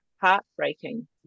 heartbreaking